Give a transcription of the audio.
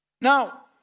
Now